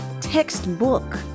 textbook